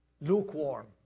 Lukewarm